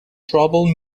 trouble